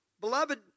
beloved